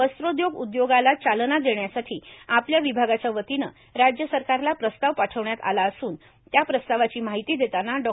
वस्त्रोदयोग उदयोगाला चालना देण्यासाठी आपल्या विभागाच्या वतीनं राज्य सरकारला प्रस्ताव पाठविण्यात आलं असून त्या प्रस्तावाची माहिती देतांना डॉ